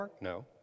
No